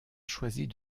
choisit